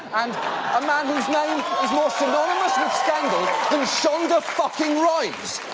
and a man whose name is more synonymous with scandal than shonda fucking rhimes.